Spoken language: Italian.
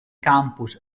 campus